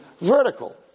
vertical